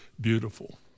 beautiful